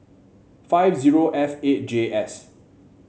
five zero F eight J S